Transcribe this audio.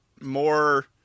more